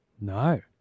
No